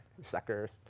Suckers